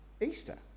Easter